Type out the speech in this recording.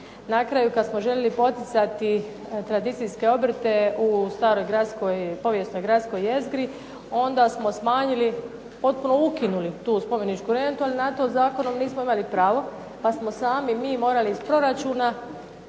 Na kraju kada smo željeli poticati tradicijske obrte u stroj povijesnoj gradskoj jezgri, onda smo smanjili potpuno ukinuli tu spomeničku rentu, ali na to zakonom nismo imali pravo, pa smo sami mi morali iz proračuna